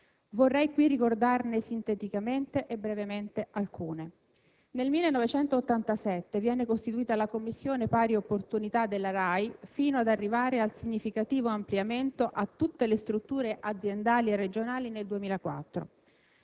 Vorrei qui ricordarne sinteticamente e brevemente alcune. Nel 1987 viene costituita la Commissione pari opportunità della RAI fino ad arrivare al significativo ampliamento a tutte le strutture aziendali e regionali nel 2004.